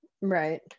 right